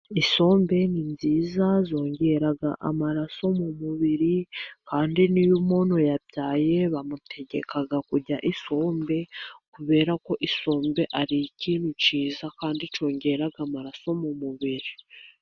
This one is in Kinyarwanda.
Isombe ni nziza yongera amaraso mu mubiri, kandi niyo umuntu yabyaye bamutegeka kurya isombe, kubera ko isombe ari ikintu cyiza kandi cyongerara amaraso mu mubiri.